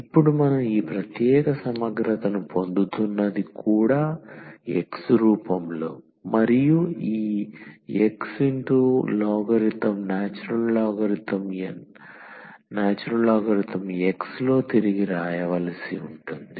ఇప్పుడు మనం ఈ ప్రత్యేక సమగ్రతను పొందుతున్నది కూడా x రూపంలో మరియు ఈ xln x లో తిరిగి రాయవలసి ఉంటుంది